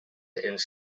ens